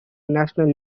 national